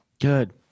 Good